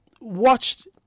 watched